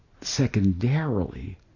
secondarily